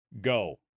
go